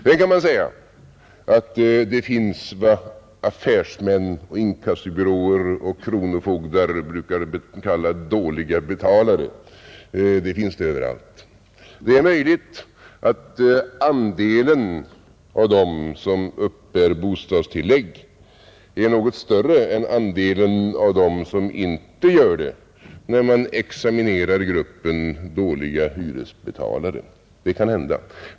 Sedan finns ju vad affärsmän, inkassobyråer och kronofogdar brukar kalla dåliga betalare — det finns det överallt. Det är möjligt att andelen bland dem som uppbär bostadstillägg är något större än andelen bland dem som inte gör det, när man examinerar gruppen dåliga hyresbetalare.